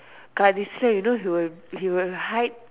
ah you see I know he will he will hide